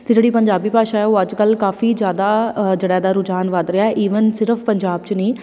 ਅਤੇ ਜਿਹੜੀ ਪੰਜਾਬੀ ਭਾਸ਼ਾ ਉਹ ਅੱਜ ਕੱਲ੍ਹ ਕਾਫ਼ੀ ਜ਼ਿਆਦਾ ਜਿਹੜਾ ਇਹਦਾ ਰੁਝਾਨ ਵੱਧ ਰਿਹਾ ਈਵਨ ਸਿਰਫ਼ ਪੰਜਾਬ 'ਚ ਨਹੀਂ